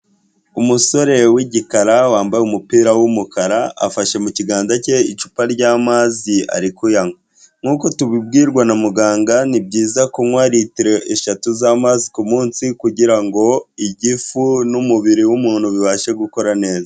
Umusore w'igikara, wambaye umupira w'umukara, afashe mukiganza cye icupa ry'amazi ari kuyanywa, nkuko tubibwirwa na muganga ni byiza kunywa ritiro eshatu z'amazi ku munsi kugirango igifu n'umubiri w'umuntu bibashe gukora neza.